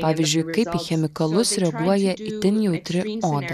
pavyzdžiui kai chemikalus reaguoja itin jautri oda